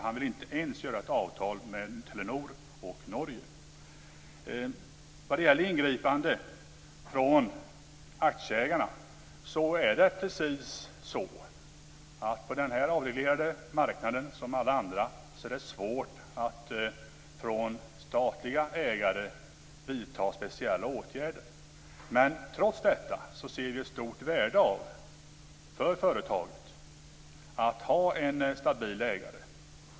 Han vill ju inte ens göra ett avtal med Telenor och Norge. Vad gäller ingripandet från aktieägarna är det så att det på denna avreglerade marknad, som på alla andra, är svårt att från statliga ägare vidta speciella åtgärder. Trots det ser vi ett stort värde för företaget i att ha en stabil ägare.